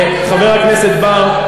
חבר הכנסת בר,